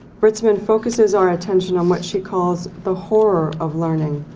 britzman focuses our attention on what she calls the horror of learning,